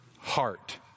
heart